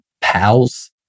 pals